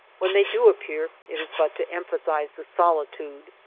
when they do appear it is but to emphasize the solitude.